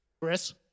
Chris